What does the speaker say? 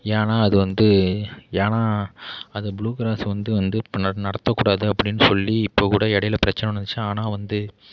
ஏன்னால் அது வந்து ஏன்னால் அது ப்ளூ கிராஸ் வந்து வந்து இப்போ நடத்தக்கூடாது அப்படின்னு சொல்லி இப்போ கூட இடைல பிரச்சின ஒன்று வந்துச்சு ஆனால் வந்து